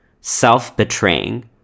self-betraying